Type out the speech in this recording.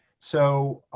so